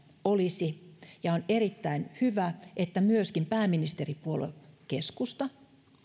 olisivat ja on erittäin hyvä että myöskin pääministeripuolue keskusta